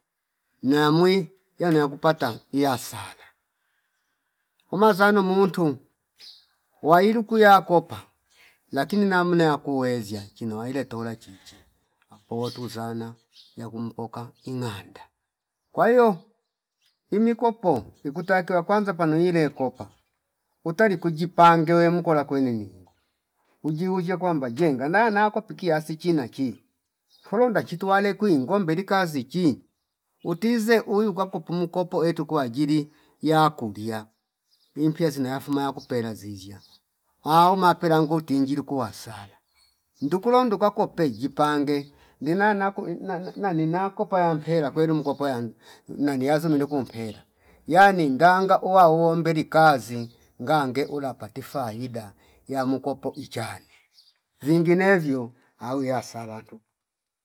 Naya mwi yano yakupata iya sana umazana muntu wailuku yakopa lakini namna yakuwezia chino waile tola chichie apowa tuzana yakumpoka inganda kwa hio imi kopo ikutakiwa ya kwanza pano ile popa utali kuji pangewe mukola kweningo uji uje kwamba je ngana na kwapikia asi china chi fulu ndachitu wale kwi ngombeli kazi chi utize uyu kwapo pumukopo etu kwajili yakulia impiya zino yafuma ya kupela ziziya au mapela nguti njilu kuwasana ndukulo ndukako peji pange ndina nako na- na- nanina kopa yampela kwelu mkopa yanu nani yazu ninduku mpela yani ndanga uwa uwombeli kazi ngange ula pati faida ya mukopo ichane vingi nevyo auya salatu